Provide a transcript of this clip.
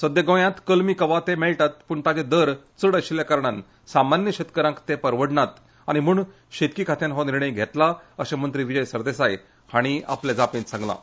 सध्या गोंयात कलमी कवाथे मेळटात पूण तांचे दर चड आशिल्ल्या कारणान सामान्य शेतकारांक ते परवडनांत आनी म्हूण शेतकी खात्यान हो निर्णय घेतला अशें मंत्री विजय सरदेसाय हांणी आपल्या जापेंत सांगलां